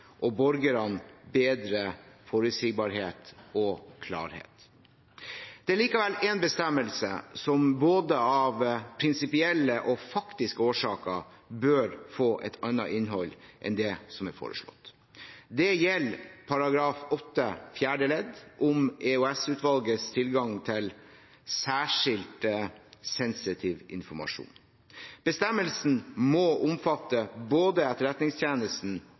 og borgerne bedre forutsigbarhet og klarhet. Det er likevel én bestemmelse som av både prinsipielle og faktiske årsaker bør få et annet innhold enn det som er foreslått. Det gjelder § 8 fjerde ledd, om EOS-utvalgets tilgang til særskilt sensitiv informasjon. Bestemmelsen må omfatte både